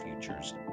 futures